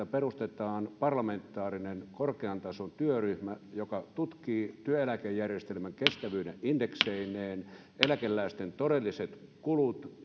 että perustetaan parlamentaarinen korkean tason työryhmä joka tutkii työeläkejärjestelmän kestävyyden indekseineen eläkeläisten todelliset kulut